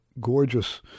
gorgeous